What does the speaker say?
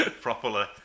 Properly